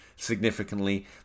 significantly